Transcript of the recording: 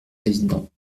président